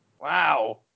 Wow